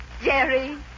Jerry